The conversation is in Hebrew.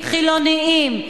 חילונים,